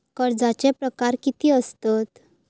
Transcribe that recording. कर्जाचे प्रकार कीती असतत?